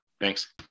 Thanks